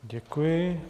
Děkuji.